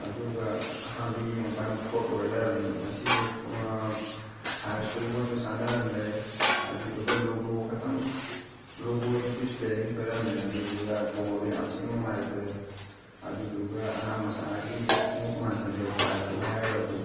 ꯑꯗꯨꯒ ꯑꯍꯥꯟꯕ ꯌꯦꯡꯉꯨꯀꯥꯟꯗ ꯐ꯭ꯔꯣꯔꯠ ꯑꯣꯏꯔ ꯂꯩꯔꯝꯃꯦ ꯃꯁꯤꯁꯦ ꯁꯥꯏꯖꯁꯨ ꯑꯩꯉꯣꯟꯗ ꯆꯥꯅꯔꯝꯗ꯭ꯔꯦ ꯑꯗꯨꯗꯨꯒ ꯂꯣꯒꯣ ꯈꯇꯪ ꯂꯣꯒꯣꯗꯨꯁꯨ ꯏꯁꯄꯦꯂꯤꯡ ꯁꯣꯏꯔꯝꯃꯦ ꯑꯗꯨꯗꯨꯒ ꯇꯣꯡꯕꯗ ꯌꯥꯝ ꯊꯤꯅ ꯅꯨꯡꯉꯥꯏꯇ꯭ꯔꯦ ꯑꯗꯨꯗꯨꯒ ꯑꯉꯥꯡ ꯃꯆꯥꯒꯤ ꯈꯣꯡꯎꯞ ꯃꯥꯟꯁꯜꯂꯛꯑꯦ ꯄ꯭ꯔꯥꯏꯖꯇꯨꯒ ꯍꯥꯏꯔꯨꯔꯗꯤ